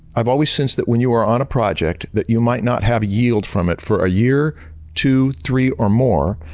i've always sensed that when you are on a project that you might not have yield from it for a year to three or more.